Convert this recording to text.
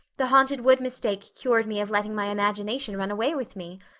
the haunted wood mistake cured me of letting my imagination run away with me.